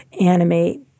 animate